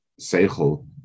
Seichel